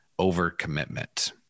overcommitment